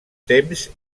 temps